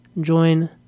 join